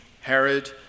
Herod